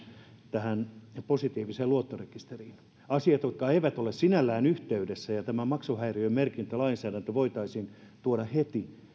tähän positiiviseen luottorekisteriin asiat jotka eivät ole sinällään yhteydessä tämä maksuhäiriömerkintälainsäädäntö voitaisiin tuoda heti